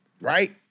right